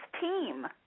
team